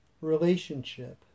relationship